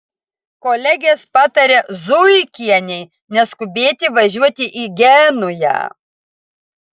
kolegės patarė zuikienei neskubėti važiuoti į genują